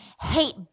hate